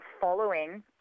following